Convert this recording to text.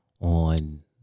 on